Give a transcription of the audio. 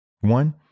One